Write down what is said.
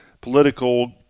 political